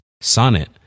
Sonnet